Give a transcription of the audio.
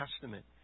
Testament